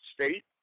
State